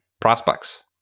prospects